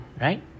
right